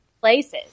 places